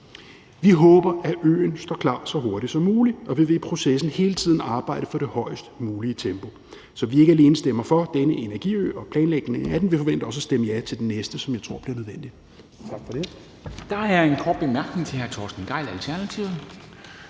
Vi håber, at øen står klar så hurtigt som muligt, og vi vil i processen hele tiden arbejde for det højest mulige tempo. Så vi ikke alene stemmer for denne energiø og planlægningen af den; vi forventer os at stemme ja til den næste, som jeg tror bliver nødvendig.